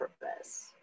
purpose